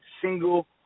single